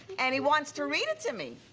and he wants to read it to me.